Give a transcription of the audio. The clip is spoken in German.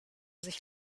sich